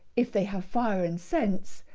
if they have fire and sense,